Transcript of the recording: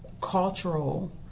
cultural